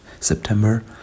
September